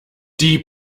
die